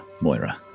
Moira